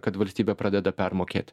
kad valstybė pradeda permokėt